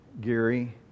Gary